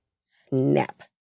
Snap